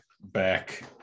back